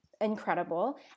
incredible